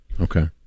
Okay